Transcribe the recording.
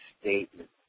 statement